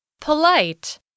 Polite